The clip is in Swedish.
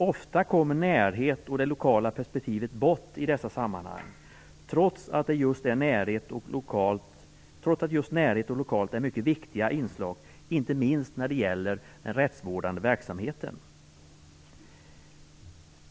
Ofta kommer närheten och det lokala perspektivet bort i dessa sammanhang, trots att just närheten och det lokala är mycket viktiga inslag, inte minst när det gäller den rättsvårdande verksamheten.